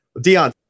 Dion